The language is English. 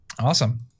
Awesome